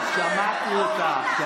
שמעתי אותך.